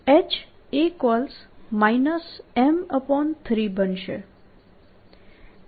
તેથી H M3 બનશે